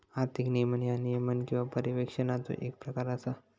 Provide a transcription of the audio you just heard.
आर्थिक नियमन ह्या नियमन किंवा पर्यवेक्षणाचो येक प्रकार असा